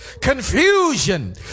Confusion